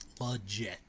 legit